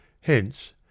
Hence